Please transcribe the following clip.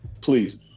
Please